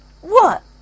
What